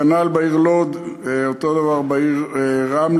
כנ"ל בעיר לוד, אותו דבר בעיר רמלה.